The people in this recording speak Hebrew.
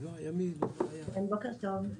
בוקר טוב.